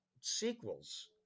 sequels